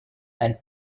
and